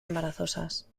embarazosas